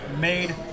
Made